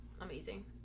amazing